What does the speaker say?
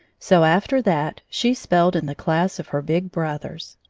so after that, she spelled in the class of her big brothers.